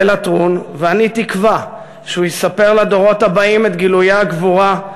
ואני תקווה שהוא יספר לדורות הבאים את גילויי הגבורה,